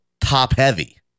top-heavy